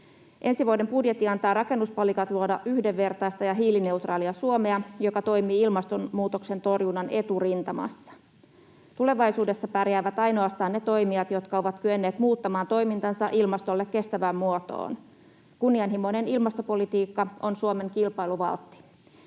Ensi vuoden budjetti antaa rakennuspalikat luoda yhdenvertaista ja hiilineutraalia Suomea, joka toimii ilmastonmuutoksen torjunnan eturintamassa. Tulevaisuudessa pärjäävät ainoastaan ne toimijat, jotka ovat kyenneet muuttamaan toimintansa ilmastolle kestävään muotoon. Kunnianhimoinen ilmastopolitiikka on Suomen kilpailuvaltti.